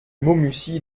maumussy